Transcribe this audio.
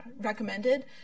recommended